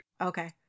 Okay